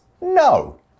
no